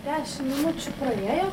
dešim minučių pradėjo